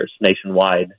nationwide